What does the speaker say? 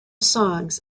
songs